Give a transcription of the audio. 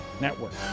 Network